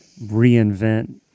reinvent